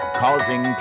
causing